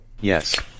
Yes